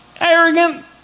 arrogant